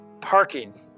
parking